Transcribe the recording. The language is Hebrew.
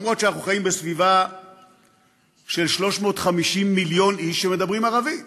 למרות שאנחנו חיים בסביבה של 350 מיליון איש שמדברים ערבית,